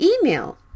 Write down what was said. email